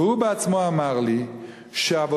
והוא בעצמו אמר לי שאבותיהם,